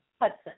Hudson